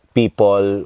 people